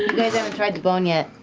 guys haven't tried to bone yet.